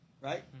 right